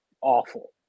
awful